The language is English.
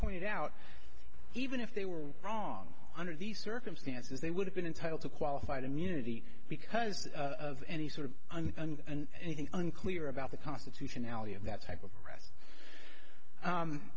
pointed out even if they were wrong under these circumstances they would have been entitle to qualified immunity because of any sort of and anything unclear about the constitutionality of that type of